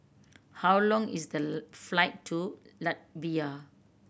how long is the flight to Latvia